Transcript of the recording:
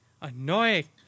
annoying